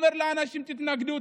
ואומר לאנשים: תתנגדו,